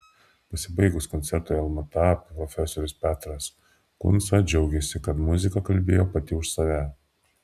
pasibaigus koncertui lmta profesorius petras kunca džiaugėsi kad muzika kalbėjo pati už save